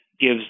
gives